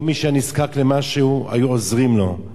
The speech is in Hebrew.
כל מי שהיה נזקק למשהו, היו עוזרים לו.